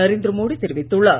நரேந்திர மோடி தெரிவித்துள்ளார்